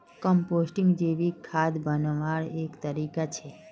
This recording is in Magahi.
कम्पोस्टिंग जैविक खाद बन्वार एक तरीका छे